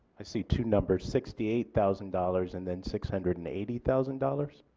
i see two numbers sixty eight thousand dollars and then six hundred and eighty thousand dollars?